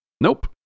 nope